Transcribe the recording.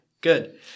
Good